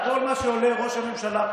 כל מה שעולה ראש הממשלה,